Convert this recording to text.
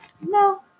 No